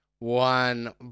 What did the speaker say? One